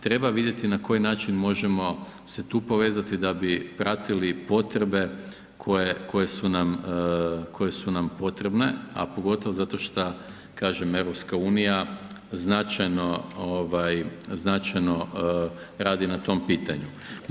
Treba vidjeti na koji način možemo se tu povezati da bi pratili potrebe koje su nam potrebne, a pogotovo zato šta kažem EU značajno radi na tom pitanju.